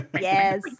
Yes